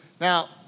Now